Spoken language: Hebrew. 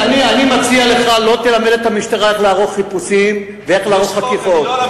אני מציע לך שלא ללמד את המשטרה איך לערוך חיפושים ואיך לערוך חקירות.